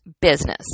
business